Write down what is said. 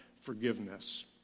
forgiveness